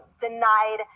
denied